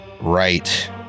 right